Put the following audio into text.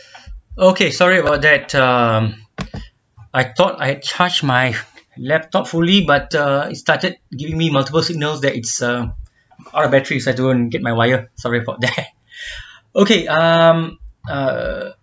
okay sorry about that um I thought I'd charge my laptop fully but uh it started giving me multiple signals that it's uh out of batteries if I don't get my wire sorry about that okay um err